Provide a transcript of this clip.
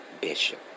Bishop